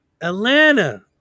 Atlanta